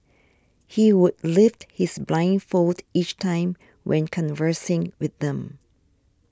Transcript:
he would lift his blindfold each time when conversing with them